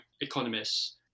economists